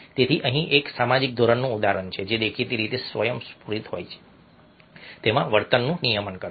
તેથી અહીં એક સામાજિક ધોરણનું ઉદાહરણ છે જે દેખીતી રીતે સ્વયંસ્ફુરિત હોય તેવા વર્તનનું નિયમન કરે છે